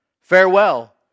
Farewell